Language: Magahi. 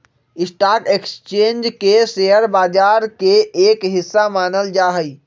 स्टाक एक्स्चेंज के शेयर बाजार के एक हिस्सा मानल जा हई